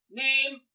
name